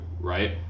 right